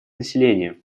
население